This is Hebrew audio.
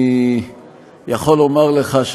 אני יכול לומר לך ש,